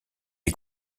est